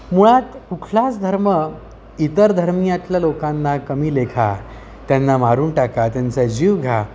मुळात कुठलाच धर्म इतर धर्मियातल्या लोकांना कमी लेखा त्यांना मारून टाका त्यांचा जीव घ्या